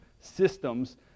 systems